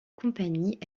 compagnie